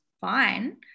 fine